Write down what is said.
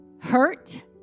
hurt